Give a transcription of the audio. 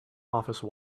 office